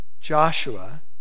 Joshua